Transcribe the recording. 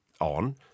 on